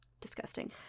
disgusting